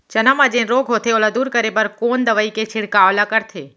चना म जेन रोग होथे ओला दूर करे बर कोन दवई के छिड़काव ल करथे?